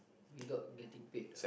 without getting paid